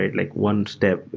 like one step.